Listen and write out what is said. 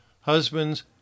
Husbands